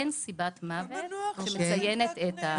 אין סיבת מוות שמציינת את סיבת הפטירה.